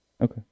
Okay